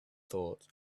thought